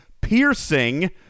piercing